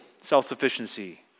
self-sufficiency